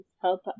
help